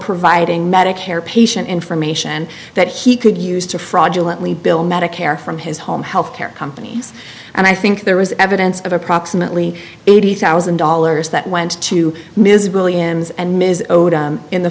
providing medicare patient information that he could use to fraudulently bill medicare from his home health care companies and i think there was evidence of approximately eighty thousand dollars that went to